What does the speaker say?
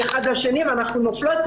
מאחד לשני ואנחנו נופלות.